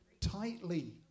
tightly